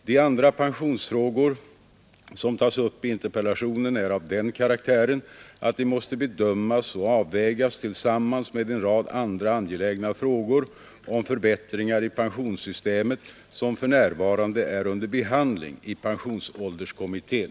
De andra pensionsfrågor som tas upp i interpellationen är av den karaktären att de måste bedömas och avvägas tillsammans med en rad andra angelägna frågor om förbättringar i pensionssystemet som för närvarande är under behandling i pensionsålderskommittén.